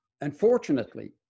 unfortunately